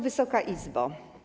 Wysoka Izbo!